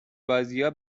بازیا